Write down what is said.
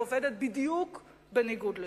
היא עובדת בדיוק בניגוד לזה.